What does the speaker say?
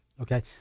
okay